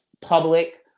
public